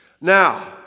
Now